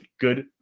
good